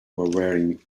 wearing